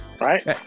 Right